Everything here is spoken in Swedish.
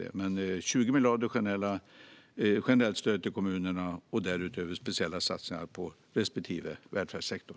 Men det handlar om 20 miljarder i generellt stöd till kommunerna och därutöver speciella satsningar på respektive välfärdssektor.